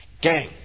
Gang